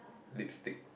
lipstick